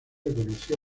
reconoció